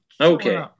Okay